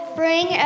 bring